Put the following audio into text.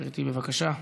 גברתי, בבקשה.